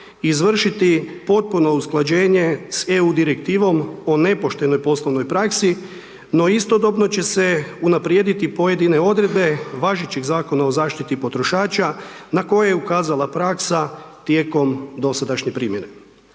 izvršiti potpuno usklađenje sa EU direktivom o nepoštenoj poslovnoj praksi, no istodobno će se unaprijediti pojedine odredbe važećeg Zakona o zaštiti potrošača, na koje je ukazala praksa tijekom dosadašnje primjene.